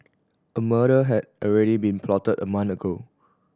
a murder had already been plotted a month ago